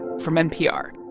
from npr